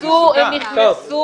לא.